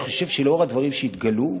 אני חושב שלאור הדברים שהתגלו,